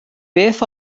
beth